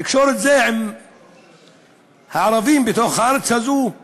לקשור את זה לערבים בתוך הארץ הזאת, מוזר.